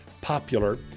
popular